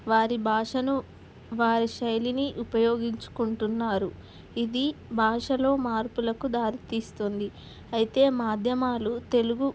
వారి భాషను వారి శైలిని ఉపయోగించుకుంటున్నారు ఇది భాషలో మార్పులకు దారితీస్తుంది అయితే మాధ్యమాలు తెలుగు